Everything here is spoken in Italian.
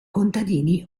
contadini